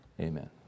Amen